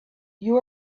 you